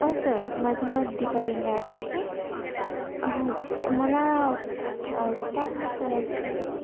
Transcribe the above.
हो सर माझं नाव दीपा लिंगायत आहे हो मला कॅब बुक करायची होती